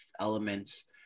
elements